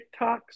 TikToks